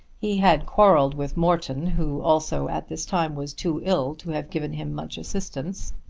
he had quarrelled with morton who also at this time was too ill to have given him much assistance.